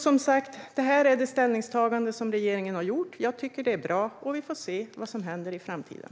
Som sagt: Detta är det ställningstagande som regeringen har gjort. Jag tycker att det är bra. Vi får se vad som händer i framtiden.